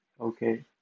okay